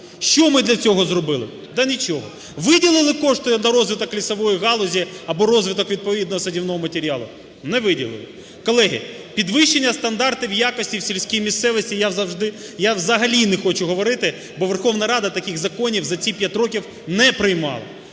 Що ми для цього зробили? Та нічого! Виділили кошти на розвиток лісової галузі або розвиток відповідного садівного матеріалу? Не виділили! Колеги, підвищення стандартів якості у сільській місцевості я завжди… я взагалі не хочу говорити, бо Верховна Рада таких законів за ці п'ять років не приймала.